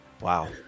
Wow